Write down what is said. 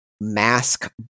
mask